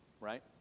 right